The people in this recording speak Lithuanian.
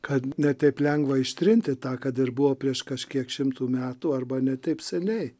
kad ne taip lengva ištrinti tą kad ir buvo prieš kažkiek šimtų metų arba ne taip seniai